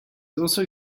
also